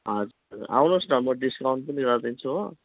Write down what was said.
हजुर आउनुहोस् न म डिस्काउन्ट पनि गरिदिन्छु हो